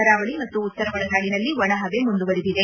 ಕರಾವಳಿ ಮತ್ತು ಉತ್ತರ ಒಳನಾಡಿನಲ್ಲಿ ಒಣಹವೆ ಮುಂದುವರಿಕೆ